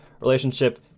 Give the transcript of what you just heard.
relationship